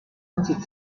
wanted